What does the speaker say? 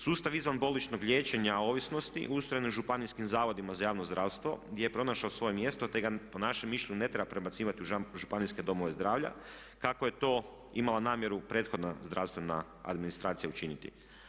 Sustav izvanbolničkog liječenja ovisnosti ustrojen u županijskim Zavodima za javno zdravstvo gdje je pronašao svoje mjesto, te ga po našem mišljenju ne treba prebacivati u županijske domove zdravlja kako je to imala namjeru prethodna zdravstvena administracija učiniti.